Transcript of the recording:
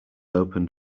opened